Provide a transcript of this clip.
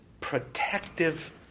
protective